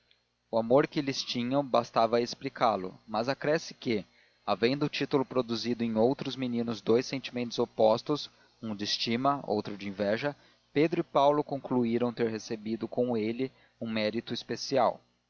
o amor que lhes tinham bastava a explicá lo mas acresce que havendo o título produzido em outros meninos dous sentimentos opostos um de estima outro de inveja pedro e paulo concluíram ter recebido com ele um mérito especial